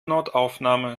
notaufnahme